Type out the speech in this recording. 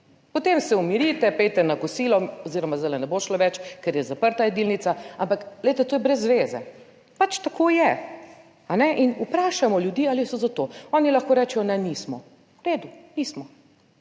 Potem se umirite, pojdite na kosilo oziroma zdaj ne bo šlo več, ker je zaprta jedilnica, ampak glejte, to je brez veze, pač tako je. In vprašajmo ljudi, ali so za to, oni lahko rečejo: "Ne, nismo." V redu, nismo